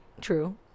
True